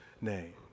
name